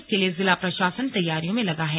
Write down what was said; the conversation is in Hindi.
इसके लिए जिला प्रशासन तैयारियों में लगा है